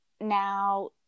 now